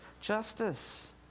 Justice